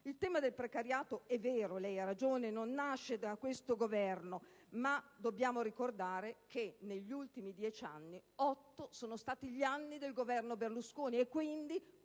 il tema del precariato non nasce da questo Governo, ma dobbiamo ricordare che negli ultimi dieci anni otto sono stati gli anni del Governo Berlusconi, e quindi